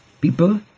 people